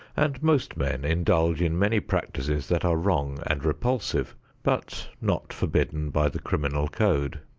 and most men indulge in many practices that are wrong and repulsive but not forbidden by the criminal code.